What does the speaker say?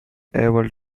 able